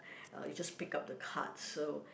uh you just pick up the card so